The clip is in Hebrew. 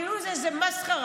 כאילו זה איזה מסחרה.